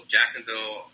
Jacksonville